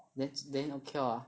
then then okay [what]